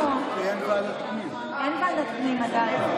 אין ועדת פנים עדיין.